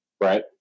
Right